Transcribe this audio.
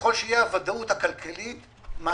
ככל שהוודאות הכלכלית מעמיקה.